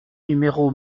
numéro